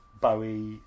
Bowie